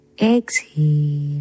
Exhale